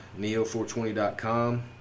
Neo420.com